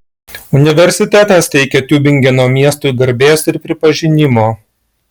universitetas teikia tiubingeno miestui garbės ir pripažinimo